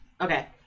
Okay